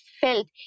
felt